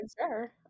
sure